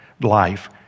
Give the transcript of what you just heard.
life